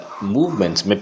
Movements